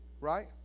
Right